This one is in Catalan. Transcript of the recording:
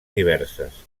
diverses